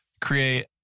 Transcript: create